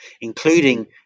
including